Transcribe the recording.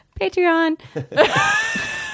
Patreon